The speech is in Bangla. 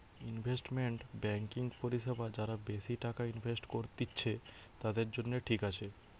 ইনভেস্টমেন্ট বেংকিং পরিষেবা যারা বেশি টাকা ইনভেস্ট করত্তিছে, তাদের জন্য ঠিক আছে